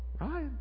Right